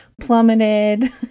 plummeted